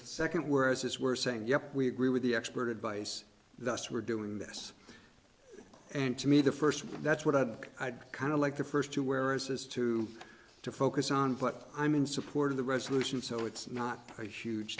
second whereas this we're saying yes we agree with the expert advice thus we're doing this and to me the first that's what i'd i'd kind of like the first two where as to to focus on but i'm in support of the resolution so it's not a huge